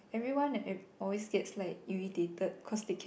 everyone uh always gets like irritated cause they cannot